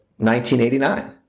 1989